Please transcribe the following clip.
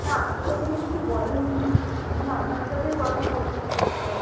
না আমাকে তো এখনো কিছু বলেননি আমি আপনার সাথেই কথা বলছি প্রথমে